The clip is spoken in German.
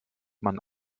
man